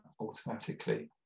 automatically